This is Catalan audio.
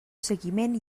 seguiment